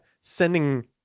sending